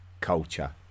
culture